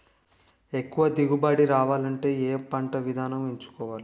ఎక్కువ దిగుబడి రావాలంటే ఏ పంట విధానం ఎంచుకోవాలి?